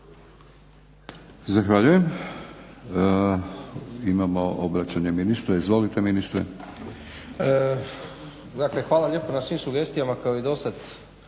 Zahvaljujem. Imamo obraćanje ministra. Izvolite ministre. **Miljenić, Orsat** Dakle, hvala lijepo na svim sugestijama kao i dosad.